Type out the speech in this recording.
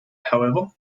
however